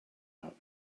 out